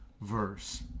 verse